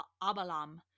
Abalam